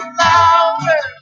louder